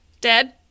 dead